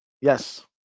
Yes